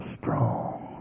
strong